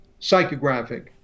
psychographic